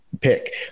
pick